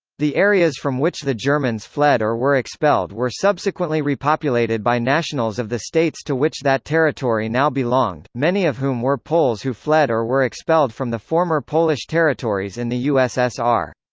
the areas from which the germans fled or were expelled were subsequently repopulated by nationals of the states to which that territory now belonged, many of whom were poles who fled or were expelled from the former polish territories in the ussr.